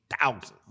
thousand